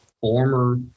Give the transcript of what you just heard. former